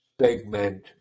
segment